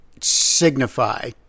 signify